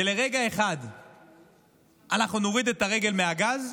ולרגע אחד אנחנו נוריד את הרגל מהגז,